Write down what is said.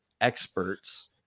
experts